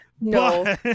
no